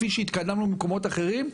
כפי שהתקדמנו במקומות אחרים.